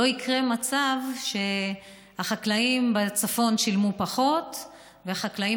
שלא יקרה מצב שבו החקלאים בצפון שילמו פחות והחקלאים